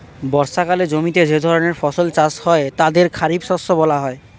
বর্ষাকালে জমিতে যে ধরনের ফসল চাষ হয় তাদের খারিফ শস্য বলা হয়